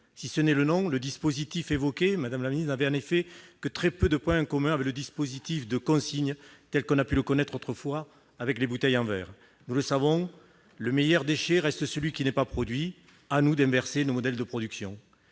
Si ce n'est le nom, le dispositif évoqué, madame la secrétaire d'État, n'avait en effet que très peu de points communs avec le dispositif de consigne tel qu'on a pu le connaître autrefois avec les bouteilles en verre. Nous le savons, le meilleur déchet reste celui qui n'est pas produit : à nous d'inverser nos modèles de production.